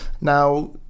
Now